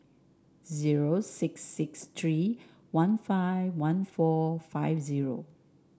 zero six six three one five one four five zero